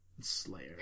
Slayer